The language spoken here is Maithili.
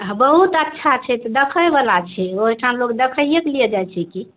बहुत अच्छा छै तऽ देखै बला छै ओहैठाँ लोग देखैएके लिए जाइत छै की